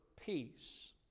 peace